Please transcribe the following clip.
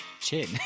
Chin